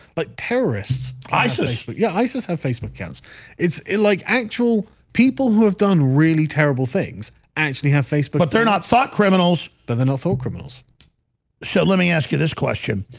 but terrorists isis, but yeah isis have facebook accounts it's like actual people who have done really terrible things actually have facebook, but they're not sought criminals than than so criminals so let me ask you this question.